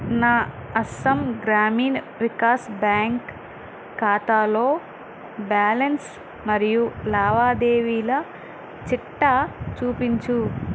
నా అస్సాం గ్రామీణ వికాస్ బ్యాంక్ ఖాతాలో బ్యాలన్స్ మరియు లావాదేవీల చిట్టా చూపించు